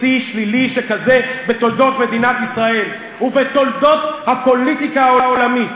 שיא שלילי שכזה בתולדות מדינת ישראל ובתולדות הפוליטיקה העולמית.